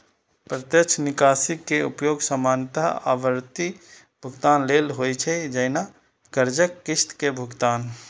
प्रत्यक्ष निकासी के उपयोग सामान्यतः आवर्ती भुगतान लेल होइ छै, जैना कर्जक किस्त के भुगतान